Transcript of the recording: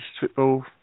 Football